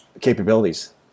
capabilities